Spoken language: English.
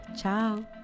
Ciao